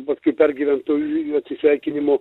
paskui pergyvent tų atsisveikinimų